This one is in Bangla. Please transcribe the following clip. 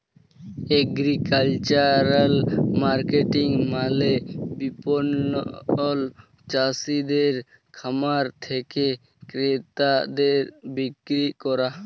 এগ্রিকালচারাল মার্কেটিং মালে বিপণল চাসিদের খামার থেক্যে ক্রেতাদের বিক্রি ক্যরা